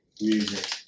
music